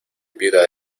viuda